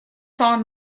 song